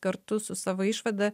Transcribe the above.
kartu su savo išvada